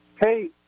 Hey